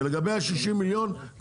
ולגבי ה-60 מיליון,